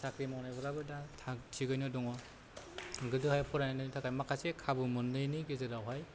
साख्रि मावनायफोराबो दा थाग थिगैनो दङ गोदोहाय फरायनायनि थाखाय माखासे खाबु मोनैनि गेजेरावहाय